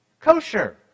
kosher